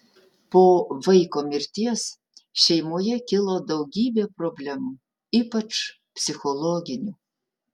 po vaiko mirties šeimoje kilo daugybė problemų ypač psichologinių